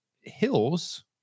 hills